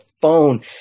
phone